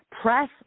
Press